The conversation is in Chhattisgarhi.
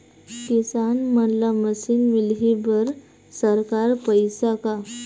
किसान मन ला मशीन मिलही बर सरकार पईसा का?